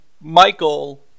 Michael